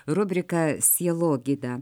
rubrika sielogyda